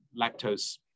lactose